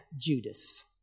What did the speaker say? Judas